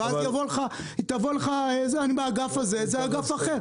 ואז היא תגיד: אני מהאגף הזה, ההוא מהאגף השני.